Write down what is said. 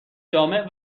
جامع